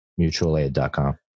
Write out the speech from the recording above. mutualaid.com